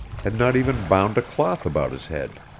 had not even bound a cloth about his head.